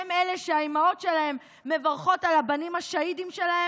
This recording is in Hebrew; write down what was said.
הם אלה שהאימהות שלהם מברכות על הבנים השהידים שלהם?